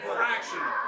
fraction